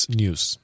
news